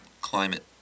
Climate